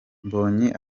mbonyi